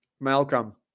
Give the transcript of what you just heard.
Malcolm